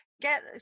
get